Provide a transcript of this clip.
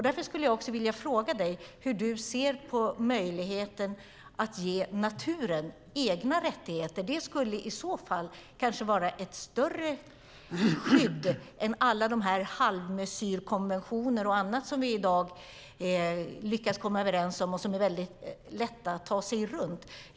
Därför skulle jag vilja fråga dig hur du ser på möjligheten att ge naturen egna rättigheter. Det skulle i så fall kanske vara ett större skydd än alla de halvmesyrkonventioner och annat som vi i dag lyckas komma överens om men som är lätta att ta sig runt.